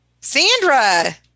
Sandra